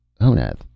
Honath